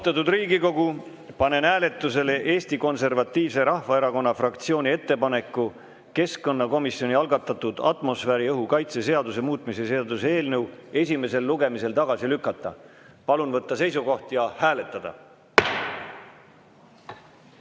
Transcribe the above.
Austatud Riigikogu, panen hääletusele Eesti Konservatiivse Rahvaerakonna fraktsiooni ettepaneku keskkonnakomisjoni algatatud atmosfääriõhu kaitse seaduse muutmise seaduse eelnõu esimesel lugemisel tagasi lükata. Palun võtta seisukoht ja hääletada!